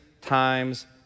times